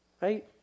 right